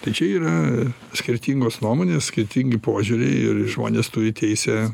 tai čia yra skirtingos nuomonės skirtingi požiūriai ir žmonės turi teisę